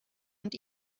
und